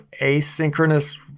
asynchronous